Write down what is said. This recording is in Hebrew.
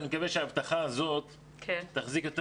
אני מקווה שההבטחה הזאת תחזיק יותר